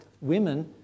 women